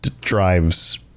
drives